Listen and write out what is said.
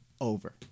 over